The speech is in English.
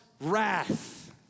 wrath